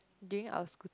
during our school